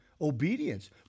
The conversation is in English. obedience